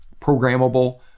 programmable